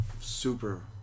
super